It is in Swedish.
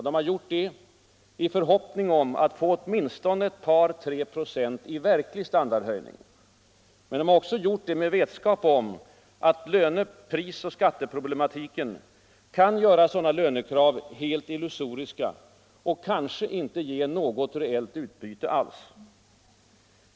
De har gjort det i förhoppning om att få åtminstone ett par, tre procent i verklig standardhöjning. Men de har också gjort det med vetskap om att löne-, prisoch skatteproblematiken kan göra sådana lönekrav helt illusoriska och kanske inte ge något reellt utbyte alls.